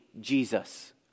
Jesus